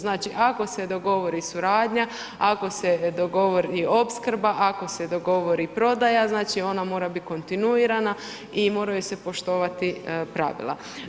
Znači, ako se dogovori suradnja, ako se dogovori opskrba, ako se dogovori prodaja znači ona mora biti kontinuirana i moraju se poštovati pravila.